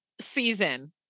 season